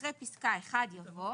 אחרי פסקה 1 יבוא